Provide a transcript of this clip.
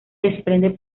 desprende